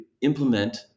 implement